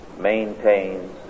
maintains